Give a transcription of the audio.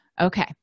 okay